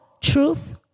truth